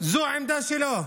זו העמדה שלו.